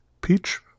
Peach